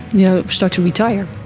you know, start to retire.